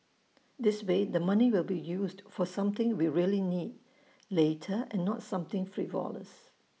this way the money will be used for something we really need later and not something frivolous